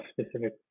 specific